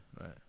right